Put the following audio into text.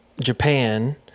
Japan